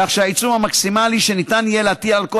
כך שהעיצום המקסימלי שניתן יהיה להטיל על כל